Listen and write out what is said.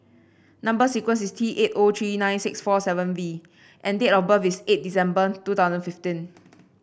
number sequence is T eight O three nine six four seven V and date of birth is eight December two thousand fifteen